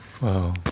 Wow